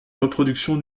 reproduction